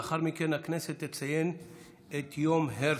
לאחר מכן הכנסת תציין את יום הרצל.